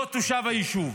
לא תושב היישוב.